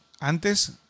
antes